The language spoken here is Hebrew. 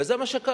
וזה מה שקרה.